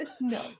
No